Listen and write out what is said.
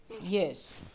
Yes